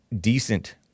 Decent